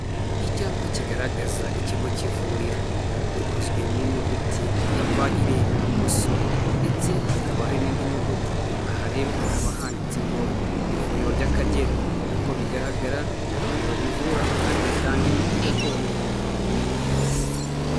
Icyapa kigaragaza ikigo cy'ivuriro, gikozwe mu nyuguti ya pa ireba ibumoso ndetse hakaba hari n'indi nyuguti. Aha rero hakaba handitse ngo ivuriro ry'akagera. Nk'uko bigaragara ni ivuriro rivura kandi ritanga imiti gakondo.